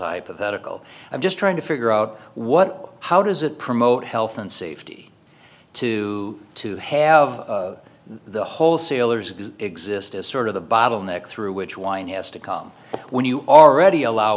prophetical i'm just trying to figure out what how does it promote health and safety to to have the wholesalers exist as sort of the bottleneck through which wine has to come when you already allow